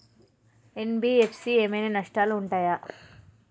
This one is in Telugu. ఎన్.బి.ఎఫ్.సి ఏమైనా నష్టాలు ఉంటయా?